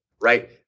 right